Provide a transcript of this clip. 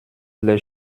les